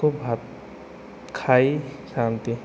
କୁ ଖାଇଥାନ୍ତି